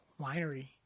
winery